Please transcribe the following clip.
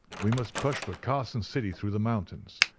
we must push for carson city through the mountains.